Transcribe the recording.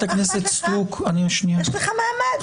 יש לך מעמד.